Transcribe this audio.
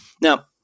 Now